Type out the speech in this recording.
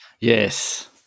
Yes